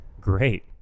great